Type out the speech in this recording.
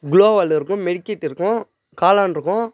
gloo வால் இருக்கும் மெரிக்கிட் இருக்கும் காளானிருக்கும்